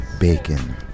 bacon